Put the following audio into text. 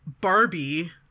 Barbie